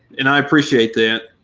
and i appreciate that.